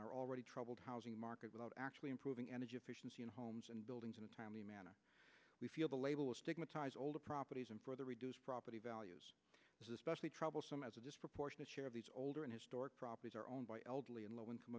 our already troubled housing market without actually improving energy efficiency in homes and buildings in a timely manner we feel the label stigmatize older properties and property values specially troublesome as a disproportionate share of these older and historic properties are owned by elderly and low income